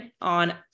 on